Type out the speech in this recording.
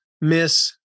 miss